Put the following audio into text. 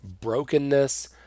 brokenness